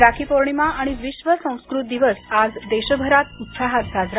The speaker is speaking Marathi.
राखी पौर्णिमा आणि विश्व संस्कृत दिवस आज देशभरात उत्साहात साजरा